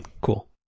Cool